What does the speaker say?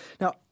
Now